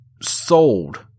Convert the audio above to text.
sold